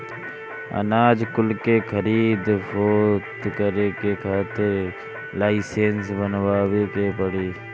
अनाज कुल के खरीद फोक्त करे के खातिर लाइसेंस बनवावे के पड़ी